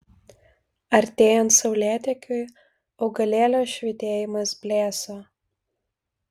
artėjant saulėtekiui augalėlio švytėjimas blėso